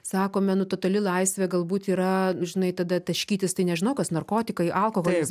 sakome nu totali laisvė galbūt yra žinai tada taškytis tai nežinau kas narkotikai alkoholis